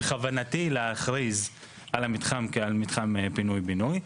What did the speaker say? בכוונתי להכריז על המתחם כמתחם פינוי בינוי.